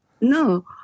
No